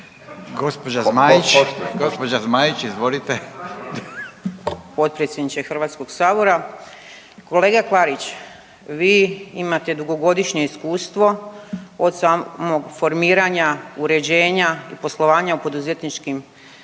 **Zmaić, Ankica (HDZ)** Potpredsjedniče HS-a, kolega Klarić, vi imate dugogodišnje iskustvo od samog formiranja, uređenja poslovanja u poduzetničkim